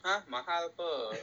!huh! mahal [pe]